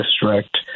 district